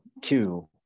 two